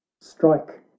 Strike